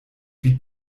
wie